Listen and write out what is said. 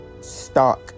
stock